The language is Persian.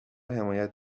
حمایت